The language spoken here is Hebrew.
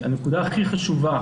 הנקודה הכי חשובה